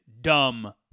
dumb